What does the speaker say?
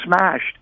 smashed